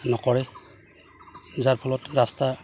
নকৰে যাৰ ফলত ৰাস্তা